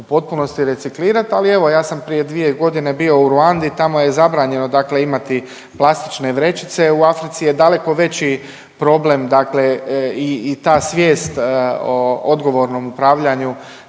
u potpunosti reciklirati. Ali evo ja sam prije 2 godine bio u Ruandi. Tamo je zabranjeno imati plastične vrećice. U Africi je daleko veći problem, dakle i ta svijest o odgovornom upravljanju